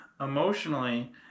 Emotionally